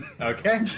Okay